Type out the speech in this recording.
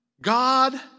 God